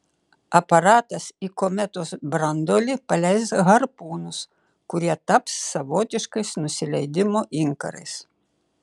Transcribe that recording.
aparatas į kometos branduolį paleis harpūnus kurie taps savotiškais nusileidimo inkarais